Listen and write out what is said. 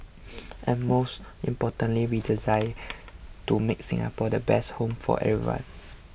and most importantly we desire to make Singapore the best home for everyone